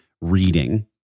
reading